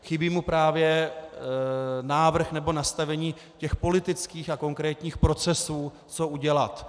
Chybí mu právě návrh nebo nastavení těch politických a konkrétních procesů, co udělat.